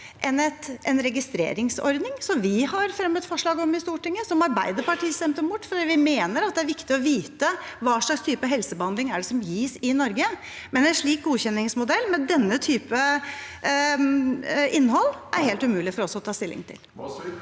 enn en registreringsordning, som vi har fremmet forslag om i Stortinget, og som Arbeiderpartiet stemte imot, fordi vi mener at det er viktig å vite hva slags type helsebehandling som gis i Norge. Men en slik godkjenningsmodell, med denne typen innhold, er det helt umulig for oss å ta stilling til.